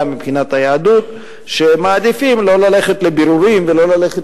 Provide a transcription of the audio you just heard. מבחינת היהדות והם מעדיפים לא ללכת לבירורים ולא ללכת